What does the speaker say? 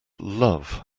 love